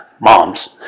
moms